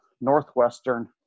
Northwestern